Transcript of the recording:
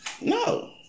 No